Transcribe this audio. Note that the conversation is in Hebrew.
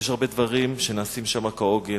יש הרבה דברים שנעשים שם כהוגן,